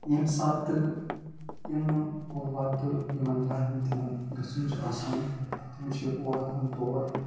ییٚمہِ ساتہٕ تِمہٕ وَتہٕ یِمَن جایَن تِمَن گَژھُن چھِ آسان تِم چھِ واتان تور